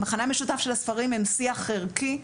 המכנה המשותף של הספרים הוא שיח ערכי.